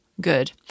good